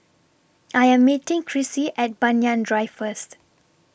I Am meeting Krissy At Banyan Drive First